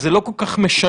אז זה לא כל כך משנה